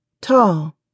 Tall